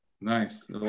nice